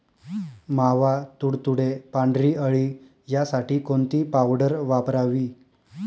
मावा, तुडतुडे, पांढरी अळी यासाठी कोणती पावडर वापरावी?